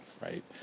right